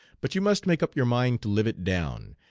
but you must make up your mind to live it down,